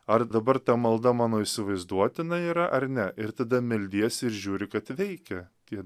ar dabar ta malda mano įsivaizduotina yra ar ne ir tada meldiesi ir žiūri kad veikia tie